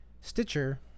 Stitcher